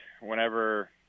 whenever